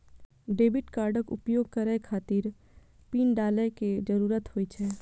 debit कार्डक उपयोग करै खातिर पिन डालै के जरूरत होइ छै